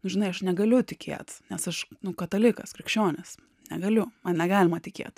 žinai aš negaliu tikėti nes aš katalikas krikščionis negaliu man negalima tikėt